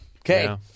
Okay